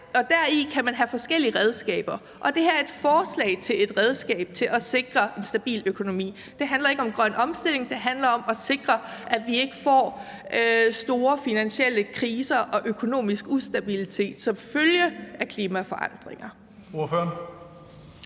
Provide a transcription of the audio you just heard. det kan man have forskellige redskaber. Det her er et forslag til et redskab til at sikre en stabil økonomi. Det handler ikke om grøn omstilling; det handler om at sikre, at vi ikke får store finansielle kriser og økonomisk ustabilitet som følge af klimaforandringer.